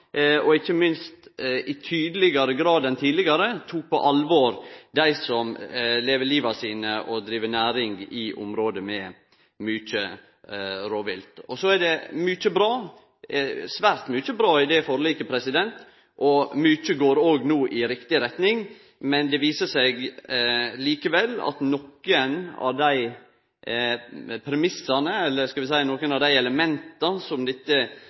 og – ikkje minst – i tydelegare grad enn tidlegare tok på alvor dei som lever livet sitt og driv næring i område med mykje rovvilt. Det er svært mykje bra i det forliket, og mykje går no i riktig retning. Men det viser seg likevel at nokre av dei premissane, eller – skal vi seie – nokre av dei elementa som dette